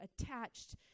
attached